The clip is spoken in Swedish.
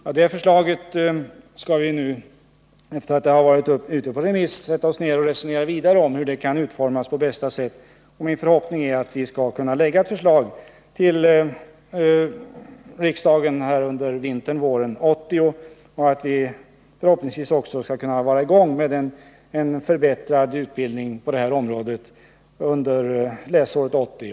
Efter att förslaget har varit ute på remiss skall vi resonera vidare om hur det skall utformas på bästa sätt. Min förhoppning är att vi skall kunna lägga fram ett förslag för riksdagen under vintern eller våren 1980 och att vi också skall vara i gång med en förbättrad utbildning på detta område under läsåret 1980/81.